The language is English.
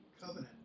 covenant